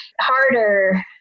harder